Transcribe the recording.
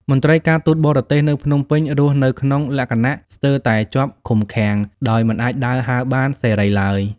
មន្ត្រីការទូតបរទេសនៅភ្នំពេញរស់នៅក្នុងលក្ខណៈស្ទើរតែជាប់ឃុំឃាំង ដោយមិនអាចដើរហើរបានសេរីឡើយ។